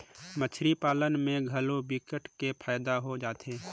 मछरी पालन में घलो विकट के फायदा हो जाथे